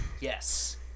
Yes